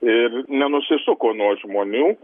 ir nenusisuko nuo žmonių